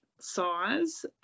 size